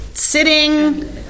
Sitting